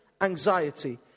anxiety